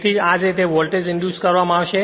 તેથી આ જ રીતે વોલ્ટેજ ઇંડ્યુસ કરવામાં આવશે